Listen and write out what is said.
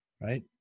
Right